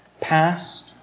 past